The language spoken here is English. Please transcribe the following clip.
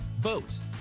boats